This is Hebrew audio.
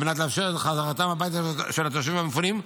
על מנת לאפשר את חזרתם הביתה של התושבים המפונים,